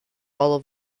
all